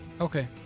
Okay